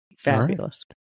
Fabulous